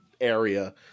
area